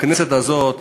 בכנסת הזאת,